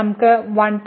നമുക്ക് ഉണ്ട്